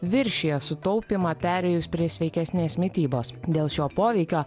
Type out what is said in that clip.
viršija sutaupymą perėjus prie sveikesnės mitybos dėl šio poveikio